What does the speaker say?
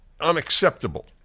unacceptable